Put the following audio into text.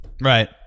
Right